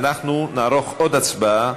כעת נערוך עוד הצבעה,